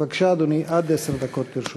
בבקשה, אדוני, עד עשר דקות לרשותך.